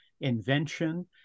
invention